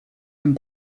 and